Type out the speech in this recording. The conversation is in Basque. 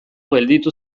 gelditu